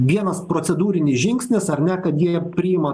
vienas procedūrinis žingsnis ar ne kad jie priima